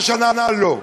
והשנה לא.